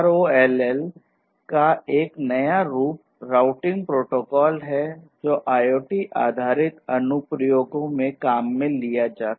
ROLL एक नया routing protocol है जो कि IoT आधारित अनुप्रयोग में काम में लिया जाता